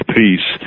peace